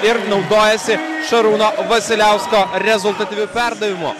ir naudojasi šarūno vasiliausko rezultatyviu perdavimu